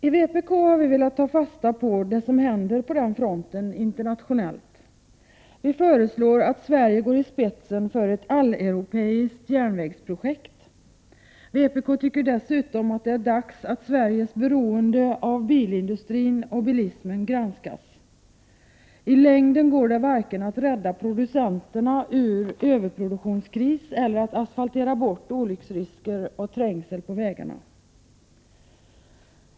I vpk har vi velat ta fasta på det som händer på den fronten internationellt. Vi föreslår att Sverige går i spetsen för ett alleuropeiskt järnvägsprojekt. Vpk tycker dessutom att det är dags att Sveriges beroende av bilindustrin och bilismen granskas. I längden går det varken att rädda producenterna ur överproduktionskris eller att asfaltera bort olycksrisker och trängsel på vägarna.